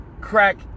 crack